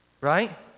right